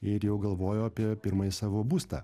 ir jau galvojo apie pirmąjį savo būstą